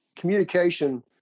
Communication